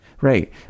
Right